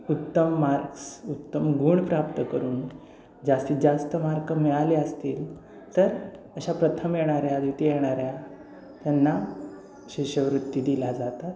उत्तम मार्क्स उत्तम गुण प्राप्त करून जास्तीत जास्त मार्क मिळाले असतील तर अशा प्रथम येणाऱ्या द्वितीय येणाऱ्या त्यांना शिष्यवृत्ती दिल्या जातात